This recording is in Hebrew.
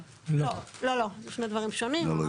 לא, לא, זה שני דברים שונים.